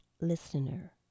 listener